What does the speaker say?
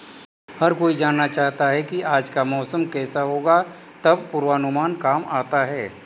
हर कोई जानना चाहता है की आज का मौसम केसा होगा तब पूर्वानुमान काम आता है